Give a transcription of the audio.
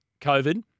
COVID